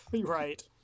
right